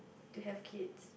to have kids